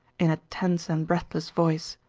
in a tense and breathless voice.